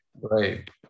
Right